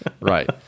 right